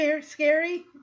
scary